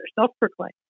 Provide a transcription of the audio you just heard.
self-proclaimed